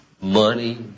money